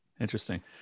Interesting